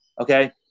Okay